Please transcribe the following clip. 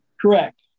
Correct